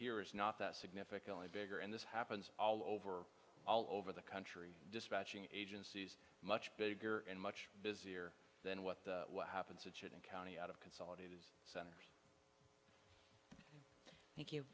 here is not that significantly bigger and this happens all over all over the country dispatching agencies much bigger and much busier than what happens at shooting county out of consolidated centers thank you